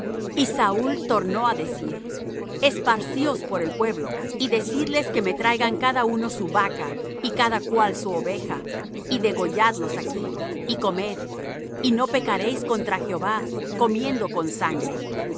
y saúl tornó á decir esparcíos por el pueblo y decidles que me traigan cada uno su vaca y cada cual su oveja y degolladlos aquí y comed y no pecaréis contra jehová comiendo con sangre